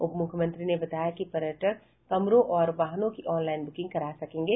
उप मुख्यमंत्री ने बताया कि पर्यटक कमरों और वाहनों की ऑनलाइन बुकिंग करा सकेंगे